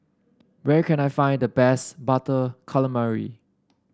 where can I find the best Butter Calamari